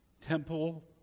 Temple